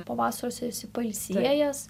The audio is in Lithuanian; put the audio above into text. po vasaros esi pailsėjęs